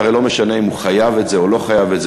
זה הרי לא משנה אם הוא חייב את זה או לא חייב את זה.